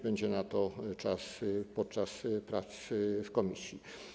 Będzie na to czas podczas prac w komisji.